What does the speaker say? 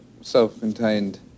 self-contained